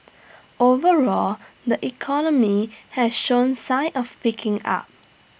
overall the economy has shown sign of picking up